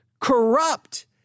corrupt